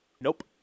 Nope